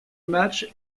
match